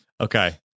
Okay